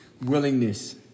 Willingness